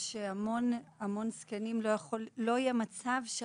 יש כל כך הרבה זקנים כך שלא יהיה מצב בו